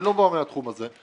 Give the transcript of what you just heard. אני לא מעורה בתחום הזה.